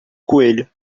coelho